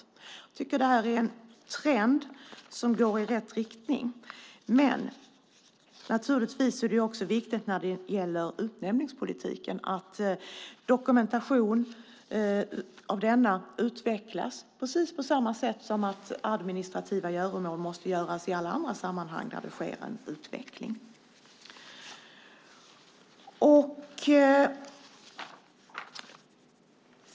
Jag tycker att det är en trend som går i rätt riktning. Men det är naturligtvis också viktigt att dokumentationen av utnämningspolitiken utvecklas precis på samma sätt som gäller administrativa göromål i alla andra sammanhang där det sker en utveckling.